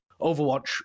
Overwatch